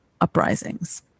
uprisings